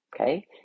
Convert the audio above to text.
Okay